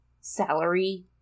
salary